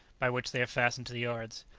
by which they are fastened to the yards.